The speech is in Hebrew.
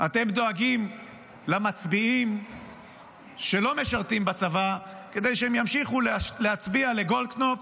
אתם דואגים למצביעים שלא משרתים בצבא כדי שהם ימשיכו להצביע לגולדקנופ